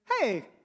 hey